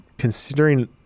considering